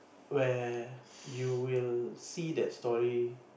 where you will see that story